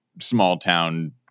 small-town